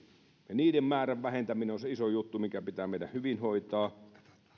niiden määrän vähentäminen on se iso juttu mikä pitää meidän hyvin hoitaa